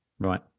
Right